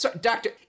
doctor